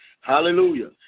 Hallelujah